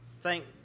Thank